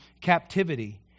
captivity